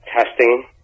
testing